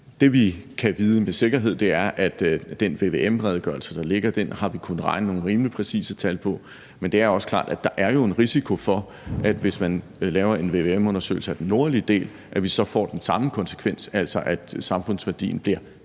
Det, vi kan vide med sikkerhed, er, at vi i forhold til den vvm-redegørelse, der ligger, har kunnet regne os frem til nogle rimelig præcise tal. Men det er også klart, at der jo er en risiko for, at det, hvis man laver en vvm-undersøgelse af den nordlige del, så har den samme konsekvens, altså at samfundsværdien bliver